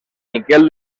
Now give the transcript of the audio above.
miquel